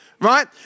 Right